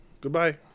goodbye